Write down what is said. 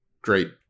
great